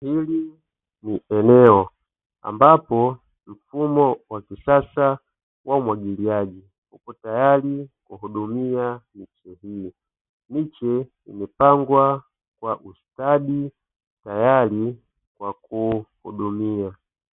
Hili ni eneo ambapo mfumo wa kisasa wa umwagiliaji upo tayari kuhudumia miche hii. Miche imepangwa kwa ustadi tayari kwa kuhudumia.